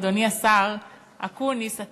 אדוני השר אקוניס,